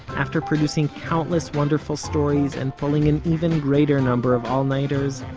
after producing countless wonderful stories and pulling an even greater number of all nighters,